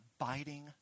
abiding